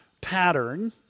pattern